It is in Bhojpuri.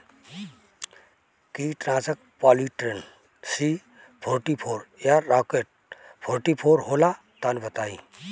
कीटनाशक पॉलीट्रिन सी फोर्टीफ़ोर या राकेट फोर्टीफोर होला तनि बताई?